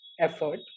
effort